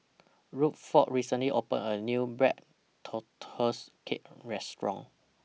Rutherford recently opened A New Black Tortoise Cake Restaurant